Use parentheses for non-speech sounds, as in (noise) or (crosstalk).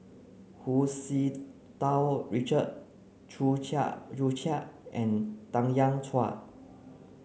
Hu Tsu Tau Richard Chew (unintelligible) Chiat and Tanya Chua